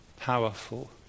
powerful